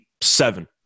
seven